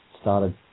started